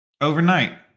Overnight